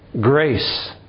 grace